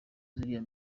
ziriya